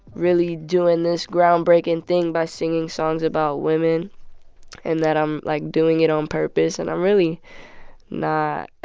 really doing this groundbreaking thing by singing songs about women and that i'm, like, doing it on purpose. and i'm really not,